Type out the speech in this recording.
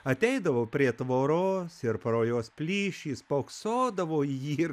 ateidavo prie tvoros ir pro jos plyšį spoksodavo į jį ir